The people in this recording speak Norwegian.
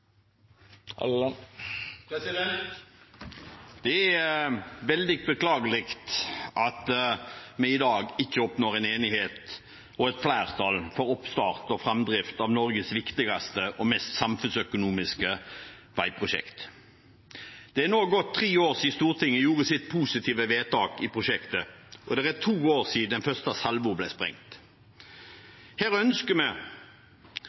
Det er veldig beklagelig at vi i dag ikke oppnår enighet og flertall for oppstart og framdrift at Norges viktigste og mest samfunnsøkonomiske veiprosjekt. Det har nå gått tre år siden Stortinget gjorde sitt positive vedtak i prosjektet, og det er to år siden den første salven ble sprengt. Vi